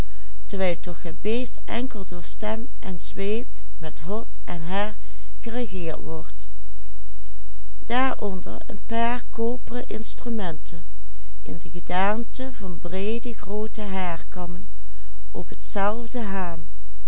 paar koperen instrumenten in de gedaante van breede groote haarkammen op hetzelve haam